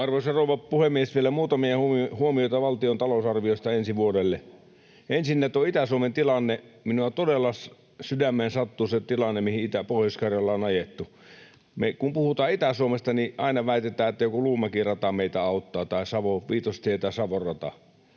Arvoisa rouva puhemies! Vielä muutamia huomioita valtion talousarviosta ensi vuodelle. Ensinnä tuo Itä-Suomen tilanne. Minua todella sydämeen sattuu se tilanne, mihin Pohjois-Karjala on ajettu. Me kun puhumme Itä-Suomesta, niin aina väitetään, että joku Luumäki-rata meitä auttaa tai Savon Viitostie tai Savon rata.